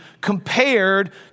compared